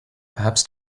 perhaps